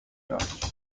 calcio